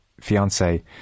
fiance